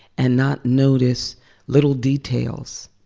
and not notice little details.